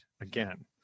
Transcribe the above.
again